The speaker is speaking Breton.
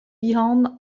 bihan